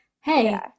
hey